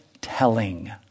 telling